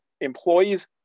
employees